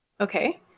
Okay